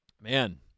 Man